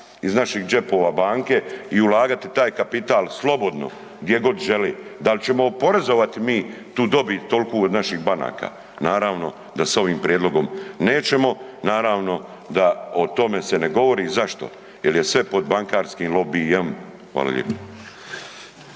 iz naših džepova banke i ulagati taj kapital slobodno gdje god želi? Dal ćemo oporezovati mi tu dobit tolku od naših banaka? Naravno da se ovim prijedlogom nećemo, naravno da o tome se ne govori. Zašto? Jel je sve pod bankarskim lobijem. Hvala lijepo.